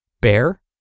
bear